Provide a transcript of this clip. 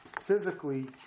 physically